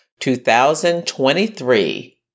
2023